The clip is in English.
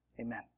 amen